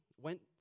went